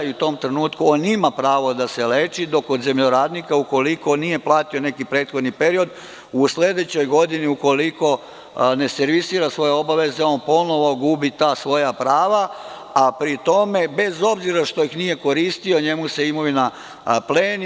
U tom trenutku on ima pravo da se leči, dok kod zemljoradnika, ukoliko nije platio neki prethodni period, u sledećoj godini, ukoliko ne servisira svoje obaveze, on ponovo gubi ta svoja prava, a pri tom, bez obzira što ih nije koristio, njemu se imovina pleni.